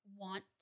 want